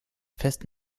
fest